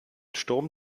sturm